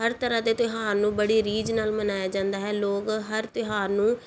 ਹਰ ਤਰ੍ਹਾਂ ਦੇ ਤਿਉਹਾਰ ਨੂੰ ਬੜੀ ਰੀਝ ਨਾਲ ਮਨਾਇਆ ਜਾਂਦਾ ਹੈ ਲੋਕ ਹਰ ਤਿਉਹਾਰ ਨੂੰ